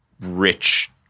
rich